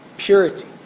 Purity